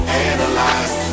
analyze